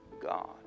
God